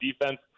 defense